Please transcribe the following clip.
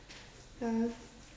ya